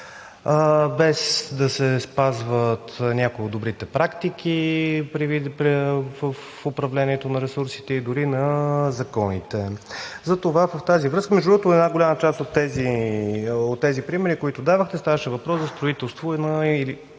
без да се спазват някои от добрите практики в управлението на ресурсите и дори на законите. Между другото, в една голяма част от тези примери, които давахте, ставаше въпрос за строителство